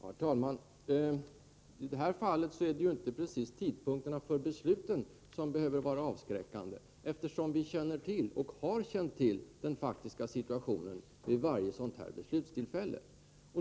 Herr talman! I det här fallet är det ju inte precis tidpunkterna för besluten som behöver vara avskräckande, eftersom vi känner till och har känt till den faktiska situationen vid varje sådant här beslutstillfälle.